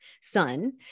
son